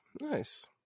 nice